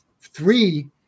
three